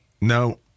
No